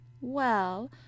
Well